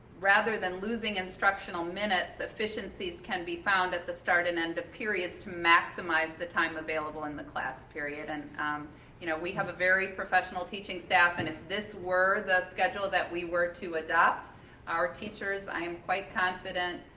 rather than losing instructional minutes efficiencies can be found at the start and end of periods to maximize the time available in the class period and um you know we have a very professional teaching staff and if this were the schedule that we were to adopt our teachers, i am quite confident,